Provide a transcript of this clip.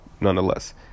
nonetheless